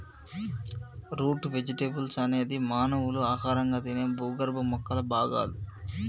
route vegetables అనేది మానవులు ఆహారంగా తినే భూగర్భ మొక్కల భాగాలు